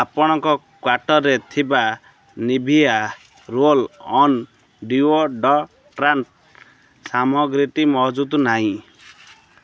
ଆପଣଙ୍କ କ୍ୱାଟର୍ରେ ଥିବା ନିଭିଆ ରୋଲ୍ ଅନ୍ ଡିଓଡ଼ଟ୍ରାଣ୍ଟ୍ ସାମଗ୍ରୀଟି ମହଜୁଦ ନାହିଁ